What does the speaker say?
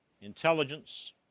intelligence